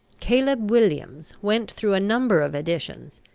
caleb williams went through a number of editions,